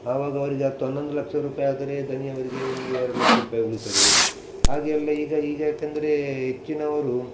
ಆವಾಗ ಅವರಿಗೆ ಹತ್ತು ಹನ್ನೊಂದು ಲಕ್ಷ ರೂಪಾಯಿ ಆದರೆ ದಣಿಯವರಿಗೆ ಒಂದು ಎರಡು ಲಕ್ಷ ರೂಪಾಯಿ ಉಳಿತದೆ ಹಾಗೆ ಎಲ್ಲ ಈಗ ಈಗ ಯಾಕೆಂದರೆ ಹೆಚ್ಚಿನವರು